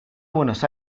buenos